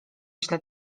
źle